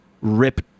rip